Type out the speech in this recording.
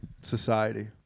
Society